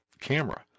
camera